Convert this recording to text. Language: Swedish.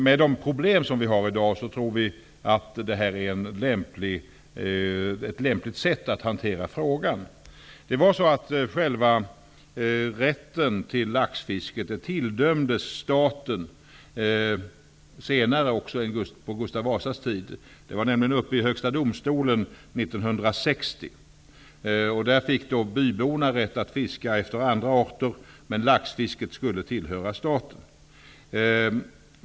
Med de problem som vi har i dag tror vi att det här är ett lämpligt sätt att hantera frågan. Själva rätten till laxfisket tilldömdes staten även senare än på Gustav Vasas tid. Ärendet var nämligen uppe i Högsta domstolen 1960. Där fick byborna rätt att fiska efter alla andra arter, men laxfisket skulle tillhöra staten.